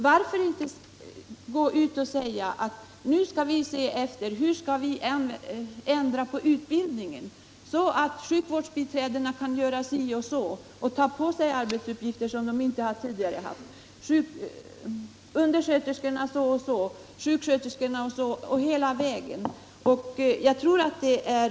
Varför inte i stället säga: Nu skall vi se efter hur vi kan ändra på utbildningen, så att sjukvårdsbiträdena kan göra så och så och ta på sig arbetsuppgifter som de inte tidigare haft, att undersköterskorna kan göra så och så och att sjuksköterskorna kan göra så och så, alltså hela vägen?